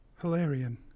Hilarion